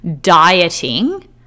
dieting